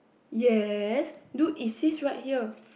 yes look it says right here